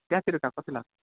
त्यहाँतिर त कति लाग्छ